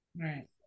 right